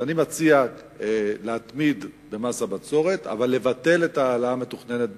אז אני מציע להתמיד במס הבצורת אבל לבטל את ההעלאה המתוכננת